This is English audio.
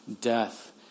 death